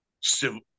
civil